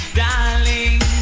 darling